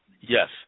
Yes